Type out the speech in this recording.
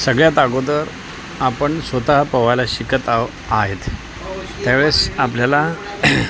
सगळ्यात अगोदर आपण स्वतः पोहायला शिकत आहो आहेत त्या वेळेस आपल्याला